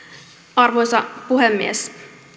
arvoisa puhemies